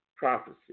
prophecy